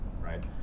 right